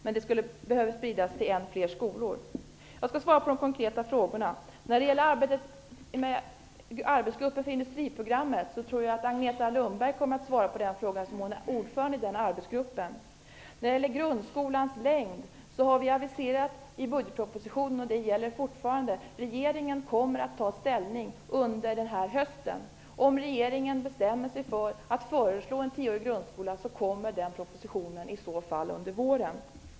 Men det behöver spridas till fler skolor. Jag skall svara på de konkreta frågorna. När det gäller arbetsgruppen för industriprogrammet tror jag att Agneta Lundberg kommer att ge svar. Hon är nämligen ordförande i den arbetsgruppen. När det gäller grundskolans längd har vi i budgetpropositionen aviserat, och det gäller fortfarande, att regeringen kommer att ta ställning denna höst. Om regeringen bestämmer sig för att föreslå en tioårig grundskola kommer den propositionen under våren.